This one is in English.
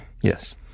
Yes